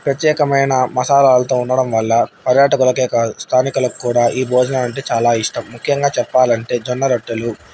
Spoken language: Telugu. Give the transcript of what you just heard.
ప్రత్యేకమైన మసాలాలతో ఉండడం వల్ల పర్యాటకులకే కాదు స్థానికలకు కూడా ఈ భోజన అంటే చాలా ఇష్టం ముఖ్యంగా చెప్పాలంటే జొన్న రొట్టెలు